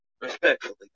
Respectfully